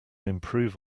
improve